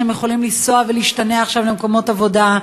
והם לא יכולים לנסוע ולהשתנע עכשיו למקומות עבודה,